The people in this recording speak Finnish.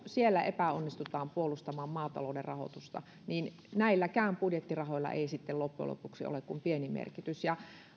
siellä epäonnistutaan maatalouden rahoituksen puolustamisessa niin näilläkään budjettirahoilla ei sitten loppujen lopuksi ole kuin pieni merkitys